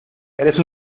eres